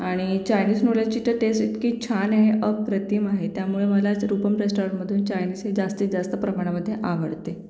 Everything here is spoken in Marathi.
आणि चायनीस नूडलची टं टेस् इतकी छान आहे अप्रतिम आहे त्यामुळे मलाच रुपम रेस्टॉरंटमधून चायनीस हे जास्तीत जास्त प्रमाणामध्ये आवडते